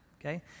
okay